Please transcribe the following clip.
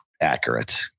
accurate